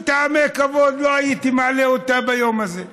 מטעמי כבוד לא הייתי מעלה אותה ביום הזה.